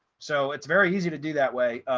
so it's very easy to do that way.